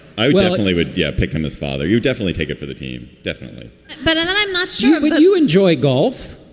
i definitely would. yeah. pick him as father. you definitely take it for the team. definitely but and and i'm not sure. would you enjoy golf?